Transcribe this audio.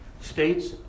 states